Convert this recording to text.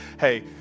hey